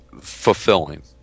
fulfilling